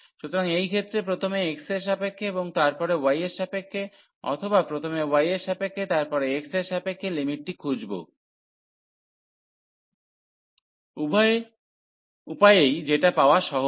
সুতরাং এই ক্ষেত্রে প্রথমে x এর সাপেক্ষে এবং তারপরে y এর সাপেক্ষে অথবা প্রথমে y এর সাপেক্ষে এবং তারপরে x এর সাপেক্ষে লিমিটটি খুঁজব উভয় উপায়েই যেটা পাওয়া সহজ